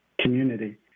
community